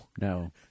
No